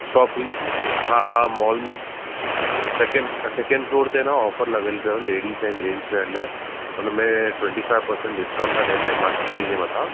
shopping हा हा mall में सैकेंड सैकेंड फ्लोर ते न ऑफर लॻियल अथव लेडीस ऐं जैंट्स वेअर लाइ हुन में ट्वैंटी फाइव पर्सैंट डिस्काउंट था ॾियनि ऐमआरपी जे मथां